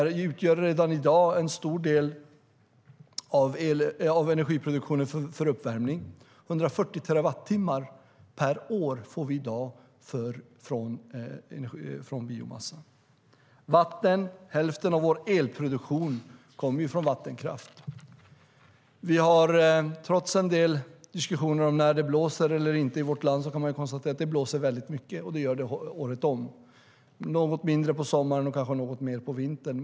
Den utgör redan en stor del av energiproduktionen för uppvärmning. 140 terawattimmar per år får vi i dag från biomassan. Vi också har vatten. Hälften av vår elproduktion kommer från vattenkraft. Trots en del diskussioner om när det blåser och inte blåser i vårt land kan vi konstatera att det blåser väldigt mycket. Det blåser året om, något mindre på sommaren och kanske något mer på vintern.